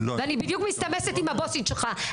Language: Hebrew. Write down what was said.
ואני בדיוק מסתמסת עם הבוסית שלך.